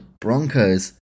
Broncos